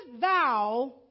thou